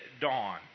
Dawn